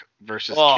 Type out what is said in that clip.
versus